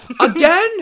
Again